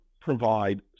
provide